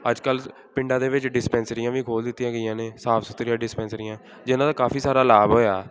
ਅੱਜ ਕੱਲ ਪਿੰਡਾਂ ਦੇ ਵਿੱਚ ਡਿਸਪੈਂਸਰੀਆਂ ਵੀ ਖੋਲ੍ਹ ਦਿੱਤੀਆਂ ਗਈਆਂ ਨੇ ਸਾਫ ਸੁਥਰੀਆਂ ਡਿਸਪੈਂਸਰੀਆਂ ਜਿਨ੍ਹਾਂ ਦਾ ਕਾਫੀ ਸਾਰਾ ਲਾਭ ਹੋਇਆ